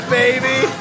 baby